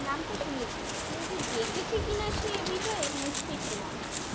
নামটা শুনেছি কিন্তু দেখেছি কি না সে বিষয়ে নিশ্চিত নয়